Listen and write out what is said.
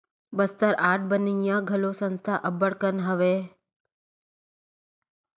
Bastar art बनइया घलो संस्था अब्बड़ कन हवय